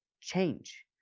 change